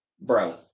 Bro